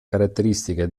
caratteristiche